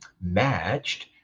matched